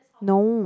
no